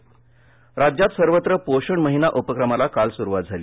पंतप्रधान राज्यात सर्वत्र पोषण महिना उपक्रमाला काल सुरुवात झाली